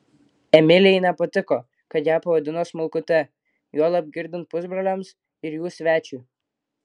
emilijai nepatiko kad ją pavadino smulkute juolab girdint pusbroliams ir jų svečiui